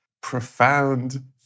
profound